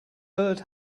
bird